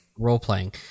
role-playing